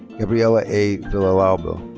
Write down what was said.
gabriella a. villalba.